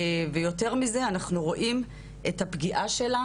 ויותר מזה אנחנו רואים את הפגיעה שלה